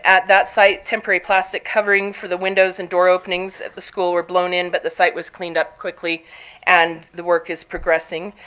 that site, temporary plastic covering for the windows and door openings at the school were blown in, but the site was cleaned up quickly and the work is progressing.